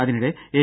അതിനിടെ എൻ